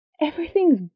Everything's